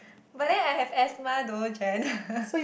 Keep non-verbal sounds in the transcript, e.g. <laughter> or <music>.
but then I have asthma though Jen <laughs>